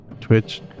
twitch